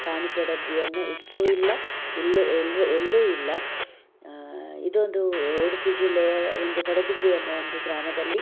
ಕಾಣಿಕೆ ಡಬ್ಬಿಯನ್ನು ಇಟ್ಟೂ ಇಲ್ಲ ಇಲ್ಲು ಎಲ್ಲು ಎಲ್ಲೂ ಇಲ್ಲ ಇದೊಂದು ಉಡುಪಿ ಜಿಲ್ಲೆಯ ಒಂದು ಪಡುಬಿದ್ರಿ ಎಂಬ ಒಂದು ಗ್ರಾಮದಲ್ಲಿ